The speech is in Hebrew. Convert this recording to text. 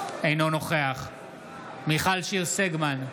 אינו נוכח מיכל שיר סגמן,